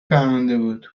فرمانده